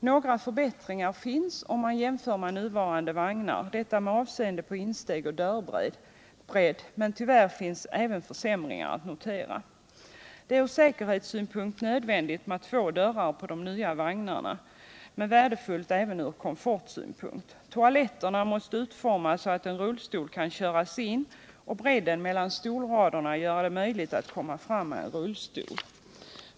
Några förbättringar kan konstateras om man jämför med nuvarande vagnar, detta med avseende på insteg och dörrbredd, men tyvärr är även försämringar att notera. Det är från säkerhetssynpunkt nödvändigt och från komfortsynpunkt även värdefullt med två dörrar på de nya vagnarna. Toaletterna måste utformas så att en rullstol kan köras in, och bredden mellan stolsraderna måste göra det möjligt att komma fram med rullstol.